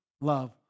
Love